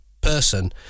person